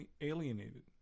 alienated